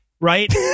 Right